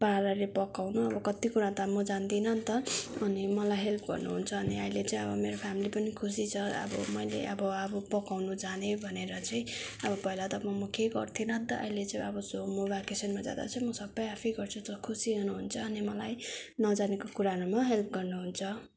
पाराले पकाउनु अब कति कुरा त म जान्दिनँ नि त अनि मलाई हेल्प गर्नु हुन्छ अनि अहिले चाहिँ अब मेरो फ्यामिली पनि खुसी छ अब मैले अब अब पकाउनु जाने भनेर चाहिँ अब पहिला चाहिँ म केही गर्थिनँ नि त अहिले चाहिँ अब सो म भ्याकेसनमा जाँदा चाहिँ म सबै आफै गर्छु सो खुसी हुनुहुन्छ अनि मलाई नजानेको कुराहरू हेल्प गर्नु हुन्छ